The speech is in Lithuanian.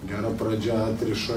gera pradžia atriša